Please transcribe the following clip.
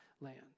land